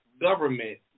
government